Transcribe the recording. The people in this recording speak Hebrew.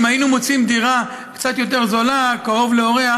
אם היינו מוצאים דירה קצת יותר זולה קרוב להוריה,